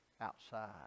outside